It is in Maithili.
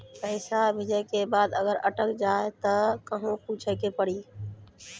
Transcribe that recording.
पैसा भेजै के बाद अगर अटक जाए ता कहां पूछे के पड़ी?